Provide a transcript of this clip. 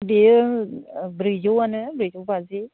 बेयो ब्रैजौआनो ब्रैजौ बाजि